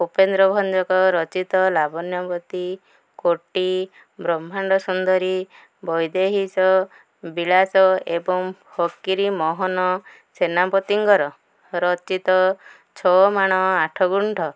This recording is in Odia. ଉପେନ୍ଦ୍ର ଭଞ୍ଜକଙ୍କ ରଚିତ ଲାବଣ୍ୟବତୀ କୋଟି ବ୍ରହ୍ମାଣ୍ଡ ସୁନ୍ଦରୀ ବୈଦେହୀଶ ବିଳାସ ଏବଂ ଫକୀର ମୋହନ ସେନାପତିଙ୍କର ରଚିତ ଛଅମାଣ ଆଠଗୁଣ୍ଠ